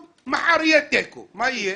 מחר יהיה תיקו, מה יהיה?